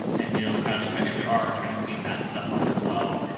and you know, i'm kind of, if i, if there are trying to clean that stuff up as well,